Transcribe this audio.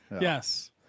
Yes